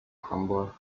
crumbler